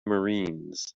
marines